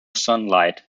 sunlight